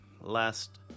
Last